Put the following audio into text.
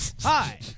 Hi